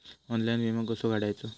Online विमो कसो काढायचो?